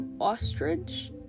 Ostrich